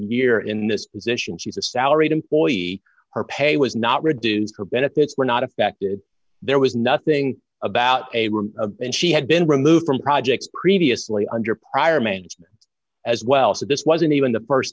year in this position she's a salaried employee her pay was not reduced her benefits were not affected there was nothing about a room and she had been removed from projects previously under prior management as well so this wasn't even the